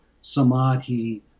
samadhi